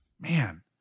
Man